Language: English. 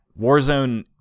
warzone